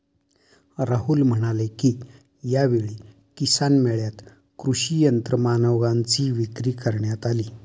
राहुल म्हणाले की, यावेळी किसान मेळ्यात कृषी यंत्रमानवांची विक्री करण्यात आली